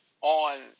on